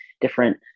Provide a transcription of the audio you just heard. different